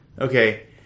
Okay